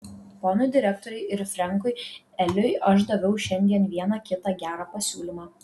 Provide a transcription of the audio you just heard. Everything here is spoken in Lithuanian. ponui direktoriui ir frenkui eliui aš daviau šiandien vieną kitą gerą pasiūlymą